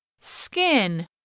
Skin